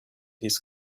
his